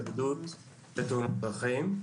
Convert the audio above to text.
התאבדות ותאונות דרכים.